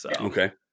Okay